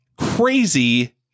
crazy